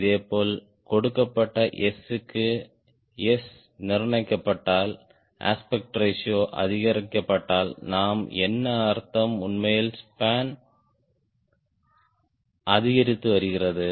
இதேபோல் கொடுக்கப்பட்ட S க்கு கொடுக்கப்பட்ட S க்கு S நிர்ணயிக்கப்பட்டால் அஸ்பெக்ட் ரேஷியோ அதிகரிக்கப்பட்டால் நாம் என்ன அர்த்தம் உண்மையில் ஸ்பான் அதிகரித்து வருகிறது